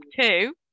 two